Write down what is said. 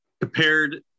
compared